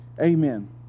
Amen